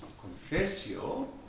confessio